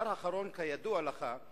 הנושא האחרון, כידוע לך,